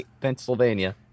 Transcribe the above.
pennsylvania